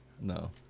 No